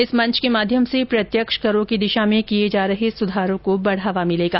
इस मंच के माध्यम से प्रत्यक्ष करों की दिशा में किए जा रहे सुधारों को बढावा मिलेगा